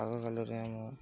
ଆଗ କାଳରେ ମୁଁ